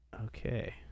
Okay